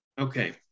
Okay